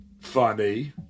Funny